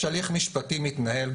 יש הליך משפטי מתנהל,